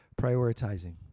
prioritizing